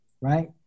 right